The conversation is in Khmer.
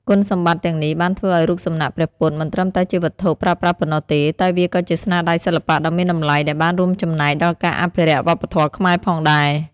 គុណសម្បត្តិទាំងនេះបានធ្វើឱ្យរូបសំណាកព្រះពុទ្ធមិនត្រឹមតែជាវត្ថុប្រើប្រាស់ប៉ុណ្ណោះទេ តែវាក៏ជាស្នាដៃសិល្បៈដ៏មានតម្លៃដែលបានរួមចំណែកដល់ការអភិរក្សវប្បធម៌ខ្មែរផងដែរ។